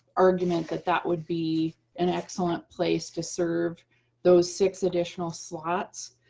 argument that that would be an excellent place to serve those six additional slots.